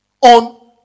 on